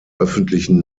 öffentlichen